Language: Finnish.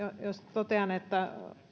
totean että